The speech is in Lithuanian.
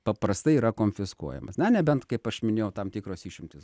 paprastai yra konfiskuojamas na nebent kaip aš minėjau tam tikros išimtys